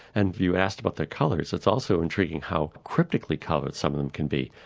and you asked about their colours, it's also intriguing how cryptically coloured some of them can be.